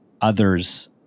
others